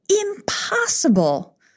impossible